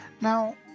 Now